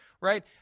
right